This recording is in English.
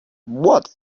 what